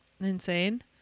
insane